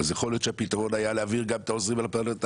אז יכול להיות שהפתרון היה להעביר גם את העוזרים הפרלמנטריים